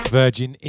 virgin